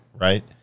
right